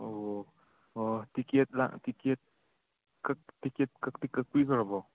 ꯑꯣ ꯍꯣꯏ ꯍꯣꯏ ꯇꯤꯛꯀꯦꯠ ꯂꯥꯡ ꯇꯤꯛꯀꯦꯠ ꯇꯤꯛꯀꯦꯠ ꯀꯛꯇꯤ ꯀꯛꯄꯤꯈ꯭ꯔꯕꯣ